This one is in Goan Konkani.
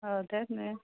तेंच न्हय